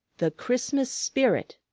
the christmas spirit!